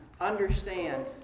understand